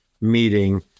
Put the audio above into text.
meeting